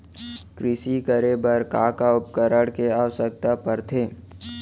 कृषि करे बर का का उपकरण के आवश्यकता परथे?